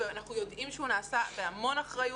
אנחנו יודעים שהוא נעשה בהמון אחריות,